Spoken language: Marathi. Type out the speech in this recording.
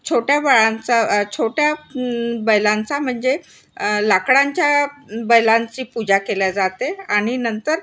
छोट्या बाळांचा छोट्या बैलांचा म्हणजे लाकडांच्या बैलांची पूजा केल्या जाते आणि नंतर